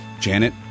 Janet